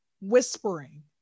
whispering